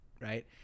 right